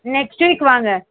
next week வாங்க